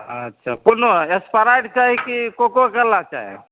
अच्छा कोनो असप्राइट चाही कि कोकोकोला चाही